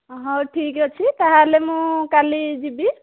ହଉ ଠିକ୍ ଅଛି ତା'ହେଲେ ମୁଁ କାଲି ଯିବି